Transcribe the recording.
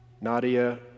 Nadia